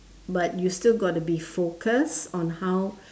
but you still got to be focused on how